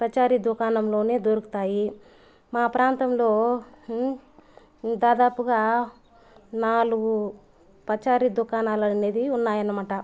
పచారి దుకాణంలోనే దొరుకుతాయి మా ప్రాంతంలో దాదాపుగా నాలుగు పచారి దుకాణాలనేది ఉన్నాయనమాట